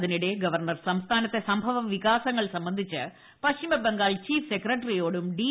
അതിനിടെ ഗവർണർ സംസ്ഥാനത്തെ സംഭവവികാസങ്ങൾ സംബന്ധിച്ച് പശ്ചിമബംഗാൾ ചീഫ് സെക്രട്ടറിയോടും ഡി